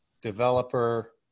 developer